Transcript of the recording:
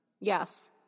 Yes